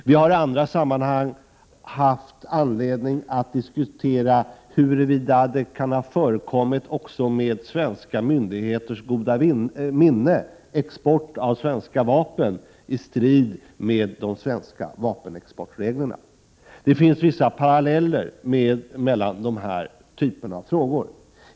Vi har i andra sammanhang haft anledning att diskutera huruvida det kan ha förekommit också med svenska myndigheters goda minne export av svenska vapen i strid med de svenska vapenexportreglerna. Det finns vissa paralleller mellan dessa båda typer av frågor.